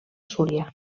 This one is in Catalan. súria